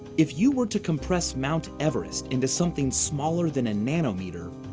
if you were to compress mount everest into something smaller than a nanometer,